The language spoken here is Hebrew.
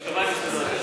הנני.